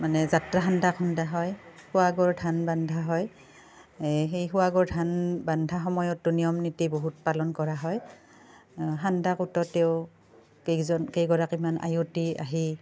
মানে যাত্ৰা সান্দা খুন্দা হয় সুৱাগৰ ধান বন্ধা হয় সেই সুৱাগৰ ধান বন্ধা সময়তো নিয়ম নীতি বহুত পালন কৰা হয় সান্দা কুটোঁতেও কেইজন কেইগৰাকীমান আয়তী আহি